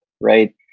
Right